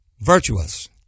Virtuous